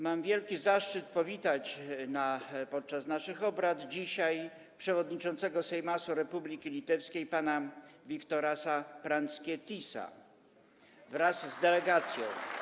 Mam wielki zaszczyt powitać dzisiaj podczas naszych obrad przewodniczącego Seimasu Republiki Litewskiej pana Viktorasa Pranckietisa wraz z delegacją.